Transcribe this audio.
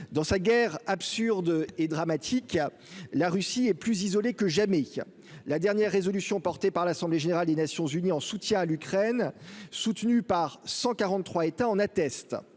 dans sa guerre absurde et dramatique qui a la Russie est plus isolé que jamais la dernière résolution portée par l'assemblée générale des Nations unies en soutien à l'Ukraine, soutenu par 143 États, en attestent